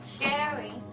Sherry